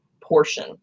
portion